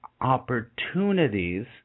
opportunities